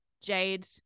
jade